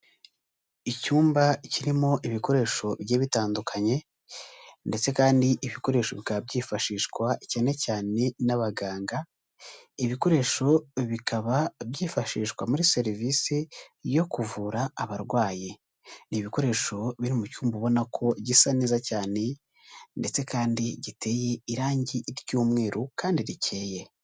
Icyumba kirimo ibikoresho bigiye bitandukanye ndetse kandi ibikoresho bikaba byifashishwa cyane cyane n'abaganga, ibikoresho bikaba byifashishwa muri serivisi yo kuvura abarwayi, ni ibikoresho biri mu cyumba ubona ko gisa neza cyane ndetse kandi giteye irangi ry'umweru kandi rikeye.